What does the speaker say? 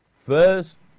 first